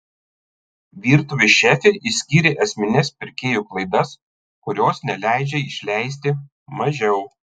virtuvės šefė išskyrė esmines pirkėjų klaidas kurios neleidžia išleisti mažiau